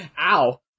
Ow